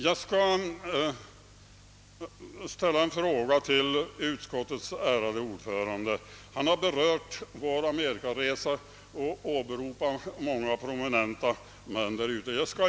Jag skall ställa en fråga till utskottets ärade ordförande, som har berört vår amerikaresa och åberopat många prominenta män i USA.